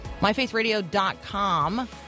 MyFaithRadio.com